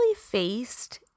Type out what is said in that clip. faced